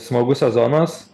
smagus sezonas